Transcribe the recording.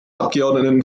abgeordneten